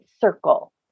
circle